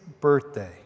birthday